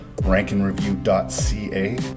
rankandreview.ca